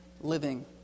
living